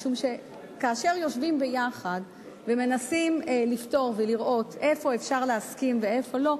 משום שכאשר יושבים יחד ומנסים לפתור ולראות איפה אפשר להסכים ואיפה לא,